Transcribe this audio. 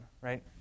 right